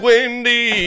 Wendy